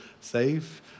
safe